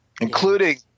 including –